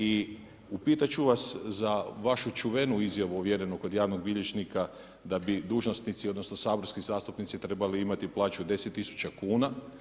I upitati ću vas za vašu čuvenu izjavu uvjerenu kod javnog bilježnika, da bi dužnosnici odnosno, saborski zastupnici trebali imati plaću 10000kn.